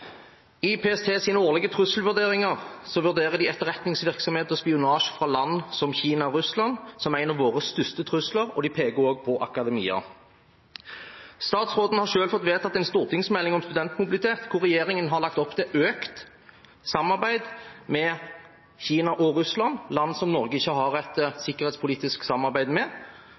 I PSTs årlige trusselvurderinger vurderer de etterretningsvirksomhet og spionasje fra land som Kina og Russland som en av våre største trusler, og de peker også på akademia. Statsråden har selv fått vedtatt en stortingsmelding om studentmobilitet, hvor regjeringen har lagt opp til økt samarbeid med Kina og Russland, land Norge ikke har et sikkerhetspolitisk samarbeid med.